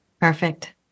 Perfect